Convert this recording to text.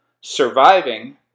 surviving